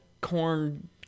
corn